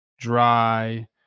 dry